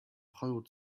hollywood